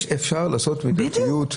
אפשר לעשות מידתיות,